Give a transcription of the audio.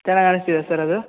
ಚೆನ್ನಾಗಿ ಕಾಣಸ್ತಿದೆಯಾ ಸರ್ ಅದು